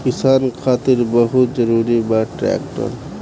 किसान खातिर बहुत जरूरी बा ट्रैक्टर